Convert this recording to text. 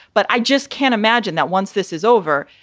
but i just can't imagine that once this is over,